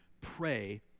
Pray